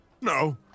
No